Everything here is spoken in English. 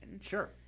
Sure